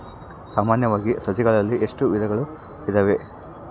ಸಾಮಾನ್ಯವಾಗಿ ಸಸಿಗಳಲ್ಲಿ ಎಷ್ಟು ವಿಧಗಳು ಇದಾವೆ?